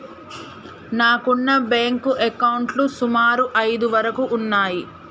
నాకున్న బ్యేంకు అకౌంట్లు సుమారు ఐదు వరకు ఉన్నయ్యి